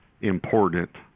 important